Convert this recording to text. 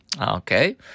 Okay